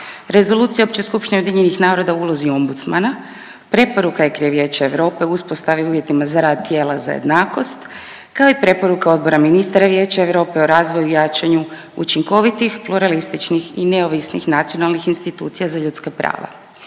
Rezolucija Opće skupštine Ujedinjenih naroda o ulozi ombudsmana, preporuke Vijeća Europe o uspostavi i uvjetima za rad tijela za jednakost kao i preporuka Odbora ministara Vijeća Europe o razvoju i jačanju učinkovitih, pluralističnih i neovisnih nacionalnih institucija za ljudska prava.